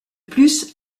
plus